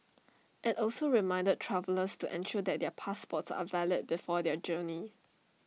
IT also reminded travellers to ensure that their passports are valid before their journey